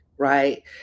Right